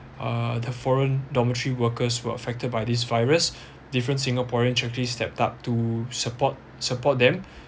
uh the foreign dormitory workers were affected by this virus different singaporean actually stepped up to support support them